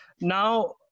Now